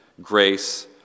grace